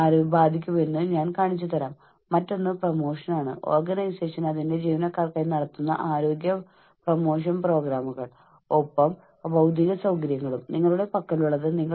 ഇപ്പോൾ human resource മാനേജർമാരുടെ വീക്ഷണകോണിൽ മനഃശാസ്ത്രപരമായ സുരക്ഷാ അന്തരീക്ഷം ജോലിസ്ഥലത്ത് മനഃശാസ്ത്രപരമായ ആരോഗ്യത്തിനും സുരക്ഷയ്ക്കും നമ്മൾ നൽകുന്ന ഭാരം പ്രാധാന്യം എത്രത്തോളം ആണെന്നതിനെ സൂചിപ്പിക്കുന്നു